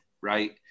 Right